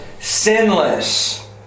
sinless